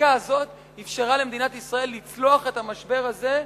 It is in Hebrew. החקיקה הזאת אפשרה למדינת ישראל לצלוח את המשבר הזה,